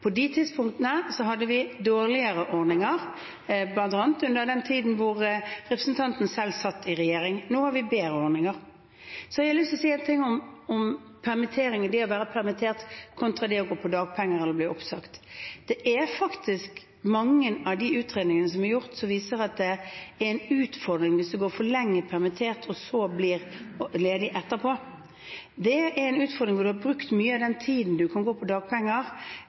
På de tidspunktene hadde vi dårligere ordninger, bl.a. på den tiden representanten selv satt i regjering. Nå har vi bedre ordninger. Så har jeg lyst til å si en ting om det å være permittert kontra det å gå på dagpenger eller å bli oppsagt. Det er faktisk mange av de utredningene som er gjort som viser at det er en utfordring hvis man går for lenge permittert og så blir ledig etterpå. Det er en utfordring når man har brukt mye av den tiden man kan gå på dagpenger,